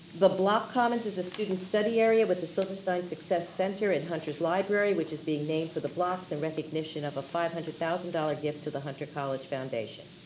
the block commons is a student study area with the silverstein success center in hunter's library which is being named for the blocks and recognition of a five hundred thousand dollars gift to the hunter college foundation.